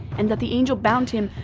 and that the angel bound him,